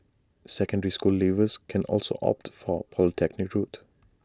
secondary school leavers can also opt for the polytechnic route